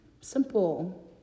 Simple